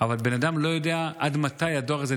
אבל בן אדם לא יודע עד מתי הדואר הזה